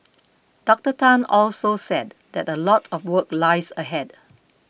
Doctor Tan also said that a lot of work lies ahead